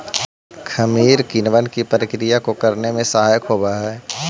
खमीर किणवन की प्रक्रिया को करने में सहायक होवअ हई